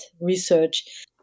research